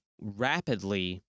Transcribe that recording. rapidly